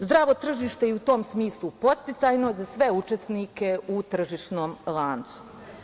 Zdravo tržište je u tom smislu podsticajno za sve učesnike u tržišnom lancu.